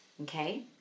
okay